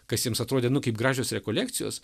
kas jiems atrodė nu kaip gražios rekolekcijos